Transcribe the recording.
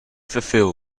fulfil